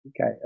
Okay